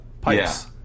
pipes